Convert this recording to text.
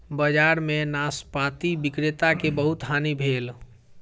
बजार में नाशपाती विक्रेता के बहुत हानि भेल